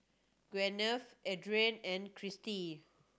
Gwyneth Adrianne and Cristi